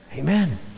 Amen